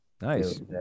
Nice